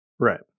Right